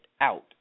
out